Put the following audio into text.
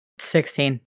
16